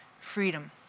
freedom